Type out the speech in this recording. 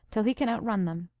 till he can outrun them.